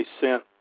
sent